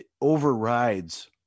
overrides